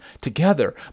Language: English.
together